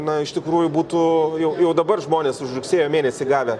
na iš tikrųjų būtų jau jau dabar žmonės už rugsėjo mėnesį gavę